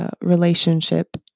relationship